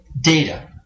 data